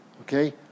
Okay